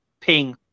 ping